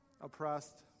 oppressed